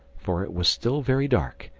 for it was still very dark,